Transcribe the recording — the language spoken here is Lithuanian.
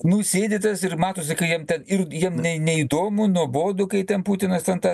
nu sėdi tas ir matosi ką jam ir jiem ne neįdomu nuobodu kai ten putinas ten tą